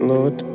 Lord